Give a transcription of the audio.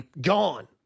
Gone